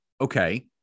okay